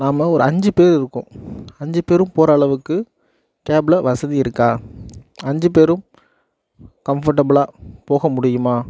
நாம ஒரு அஞ்சு பேர் இருக்கோம் அஞ்சு பேரும் போகிற அளவுக்கு கேபில் வசதி இருக்கா அஞ்சு பேரும் கம்ஃபர்ட்டபுல்லாக போக முடியுமா